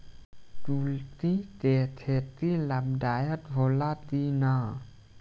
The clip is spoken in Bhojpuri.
कुलथी के खेती लाभदायक होला कि न?